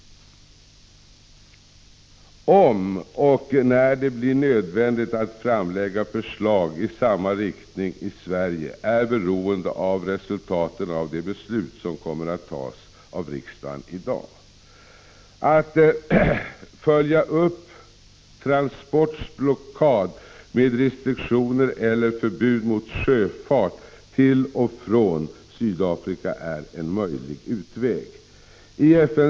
Om och när det blir nödvändigt att framlägga förslag i samma riktning i Sverige är beroende av resultaten av de beslut som kommer att tas av riksdagen i dag. Att följa upp Transports blockad genom restriktioner eller förbud mot sjöfart till och från Sydafrika är en möjlig utväg att ytterligare isolera apartheidregimen.